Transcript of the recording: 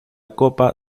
copa